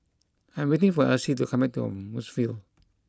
I'm waiting for Elyse to come back to Woodsville